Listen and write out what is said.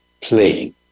playing